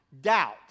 doubt